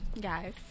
guys